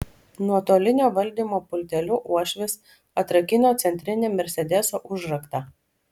nuotolinio valdymo pulteliu uošvis atrakino centrinį mersedeso užraktą